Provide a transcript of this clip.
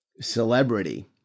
celebrity